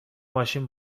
ماشین